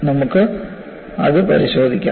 നമുക്ക് അത് പരിശോധിക്കാം